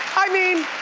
i mean!